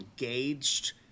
engaged